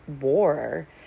war